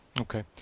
Okay